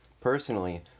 Personally